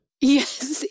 Yes